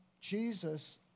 Jesus